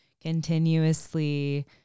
continuously –